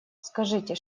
скажите